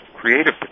creative